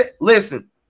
Listen